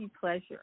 pleasure